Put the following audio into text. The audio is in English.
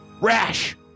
Rash